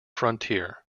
frontier